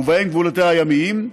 ובהם גבולותיה הימיים,